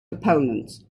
opponents